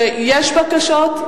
שיש בקשות,